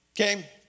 okay